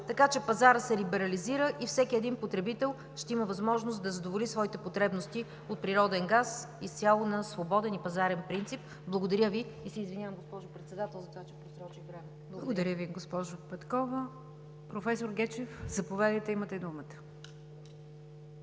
така че пазарът се либерализира и всеки един потребител ще има възможност да задоволи своите потребности от природен газ, изцяло на свободен и пазарен принцип. Благодаря Ви и се извинявам, госпожо Председател, че просрочих времето. ПРЕДСЕДАТЕЛ НИГЯР ДЖАФЕР: Благодаря Ви, госпожо Петкова. Професор Гечев, заповядайте, имате думата.